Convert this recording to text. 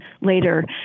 later